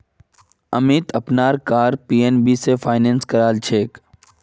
अमीत अपनार car PNB स finance करालछेक